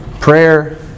prayer